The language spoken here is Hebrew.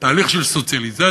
תהליך של סוציאליזציה.